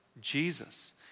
Jesus